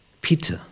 Peter